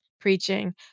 preaching